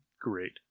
great